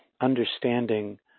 understanding